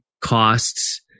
costs